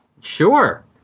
Sure